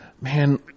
Man